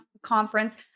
conference